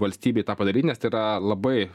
valstybei tą padaryt nes tai yra labai